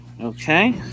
Okay